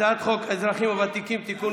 הצעת חוק האזרחים הוותיקים (תיקון,